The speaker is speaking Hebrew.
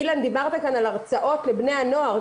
אילן, דיברת כאן על הרצאות לבני הנוער.